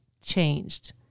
changed